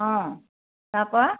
অঁ তাৰপৰা